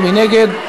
מי נגד?